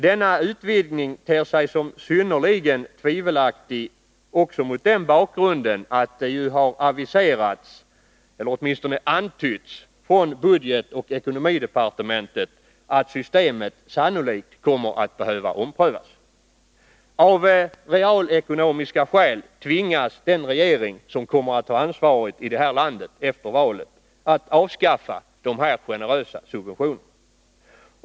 Denna utvidgning ter sig som synnerligen tvivelaktig också mot den bakgrunden att det har aviserats, eller åtminstone antytts, från budgetoch ekonomidepartementet att systemet sannolikt kommer att behöva omprövas. Avrealekonomiska skäl tvingas den regering som kommer att ha ansvaret i det här landet efter valet att avskaffa de här generösa subventionerna.